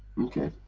okay.